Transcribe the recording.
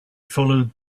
followed